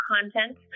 content